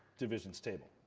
divisions table.